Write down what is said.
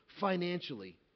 financially